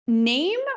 Name